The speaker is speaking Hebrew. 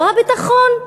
לא הביטחון?